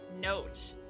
note